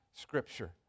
Scripture